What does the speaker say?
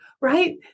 right